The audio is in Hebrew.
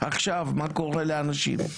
עכשיו, מה קורה לאנשים.